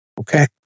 Okay